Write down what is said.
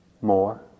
more